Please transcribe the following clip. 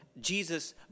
Jesus